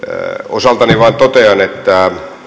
osaltani vain totean että